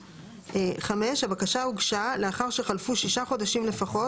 (5) הבקשה הוגשה לאחר שחלפו שישה חודשים לפחות